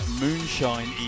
Moonshine